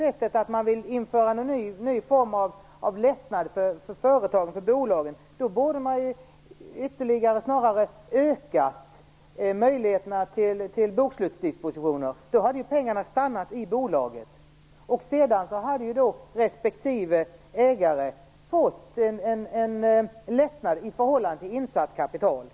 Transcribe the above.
Vill man införa någon ny form av lättnad för bolagen borde man snarare ytterligare ha ökat möjligheterna till bokslutsdispositioner. Då hade pengarna stannat i bolaget. Sedan hade respektive ägare fått en lättnad i förhållande till insatt kapital.